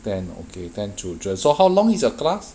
ten okay ten children so how long is a class